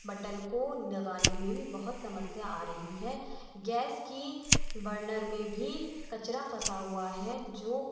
button को लगाने में भी बहुत समस्या आ रही है गैस की बर्नर में भी कचरा फँसा हुआ है जो